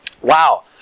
wow